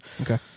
Okay